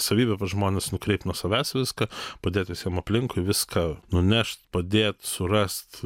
savybė pas žmones nukreipt nuo savęs viską padėt visiem aplinkui viską nunešt padėt surast